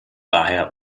daher